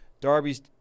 Darby's